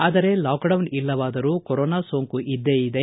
ಆದರೆ ಲಾಕ್ಡೌನ್ ಇಲ್ಲವಾದರೂ ಕೊರೋನಾ ಸೋಂಕು ಇದ್ದೇ ಇದೆ